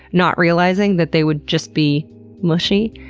not realizing that they would just be mushy.